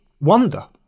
wonder